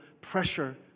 pressure